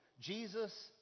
Jesus